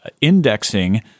indexing